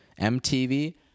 MTV